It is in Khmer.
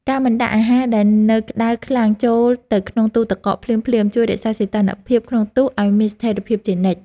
ការមិនដាក់អាហារដែលនៅក្តៅខ្លាំងចូលទៅក្នុងទូរទឹកកកភ្លាមៗជួយរក្សាសីតុណ្ហភាពក្នុងទូរឱ្យមានស្ថិរភាពជានិច្ច។